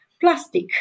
plastic